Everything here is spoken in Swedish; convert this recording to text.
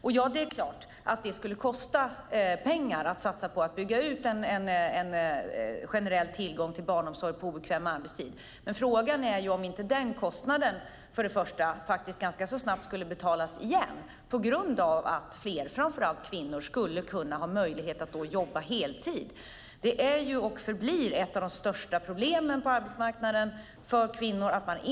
Det är klart att det skulle kosta pengar att satsa på generell tillgång till barnomsorg på obekväm arbetstid. Frågan är dock om inte den kostnaden ganska snabbt skulle betalas igen genom att framför allt fler kvinnor skulle få möjlighet att jobba heltid. Att inte ha möjlighet att jobba heltid är och förblir ett av de största problemen på arbetsmarknaden för kvinnor.